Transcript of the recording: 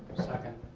second.